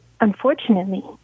unfortunately